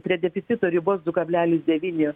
prie deficito ribos du kablelis devyni